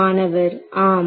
மாணவர் ஆம்